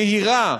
מהירה,